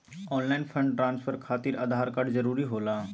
Online fund transfer खातिर Aadhaar card जरूरी होला?